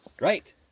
Right